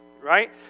right